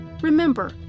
Remember